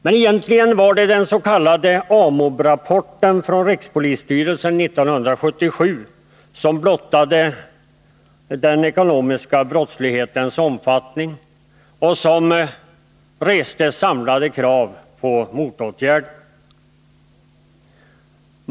Men egentligen var det genom den s.k. AMOB-rapporten från rikspolisstyrelsen 1977 som den ekonomiska brottslighetens omfattning blottlades och samlade krav på åtgärder restes.